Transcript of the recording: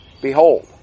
behold